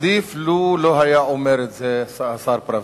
עדיף לו לא היה אומר את זה, השר ברוורמן,